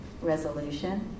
resolution